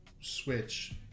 switch